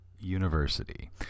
University